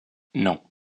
non